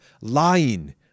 lying